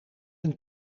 een